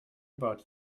about